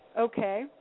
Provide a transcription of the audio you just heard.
Okay